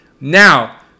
now